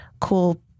cool